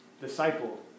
Disciple